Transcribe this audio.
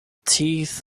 teeth